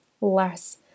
less